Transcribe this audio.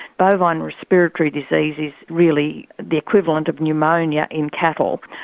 bovine respiratory disease is really the equivalent of pneumonia in cattle.